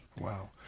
Wow